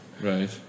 right